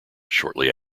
shortly